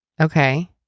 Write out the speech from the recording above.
Okay